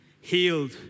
healed